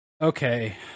okay